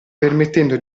permettendo